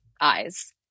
eyes